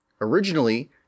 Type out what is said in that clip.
Originally